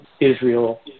israel